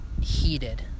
heated